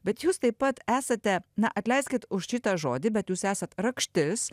bet jūs taip pat esate na atleiskit už šitą žodį bet jūs esat rakštis